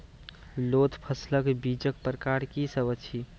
लोत फसलक बीजक प्रकार की सब अछि?